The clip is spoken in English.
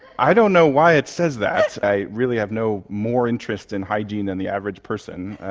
i don't know why it says that, i really have no more interest in hygiene than the average person.